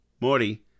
Morty